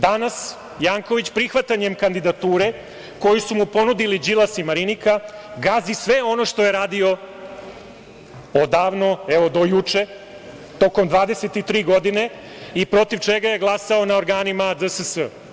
Danas Janković prihvatanjem kandidature koju su mu ponudili Đilas i Marinika gazi sve ono što je radio odavno, evo do juče, tokom 23 godine, i protiv čega je glasao na organima DSS.